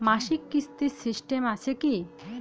মাসিক কিস্তির সিস্টেম আছে কি?